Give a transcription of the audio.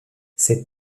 ses